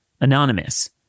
anonymous